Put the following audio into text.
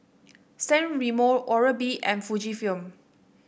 San Remo Oral B and Fujifilm